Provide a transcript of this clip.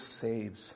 saves